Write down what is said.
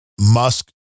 Musk